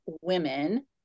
women